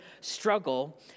struggle